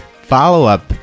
follow-up